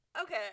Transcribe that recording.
Okay